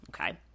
okay